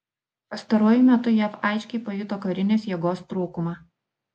pastaruoju metu jav aiškiai pajuto karinės jėgos trūkumą